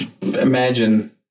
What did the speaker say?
imagine